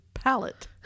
Palette